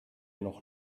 noch